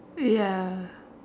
ya